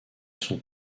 sont